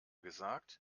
gesagt